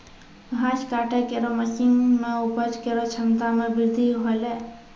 घास काटै केरो मसीन सें उपज केरो क्षमता में बृद्धि हौलै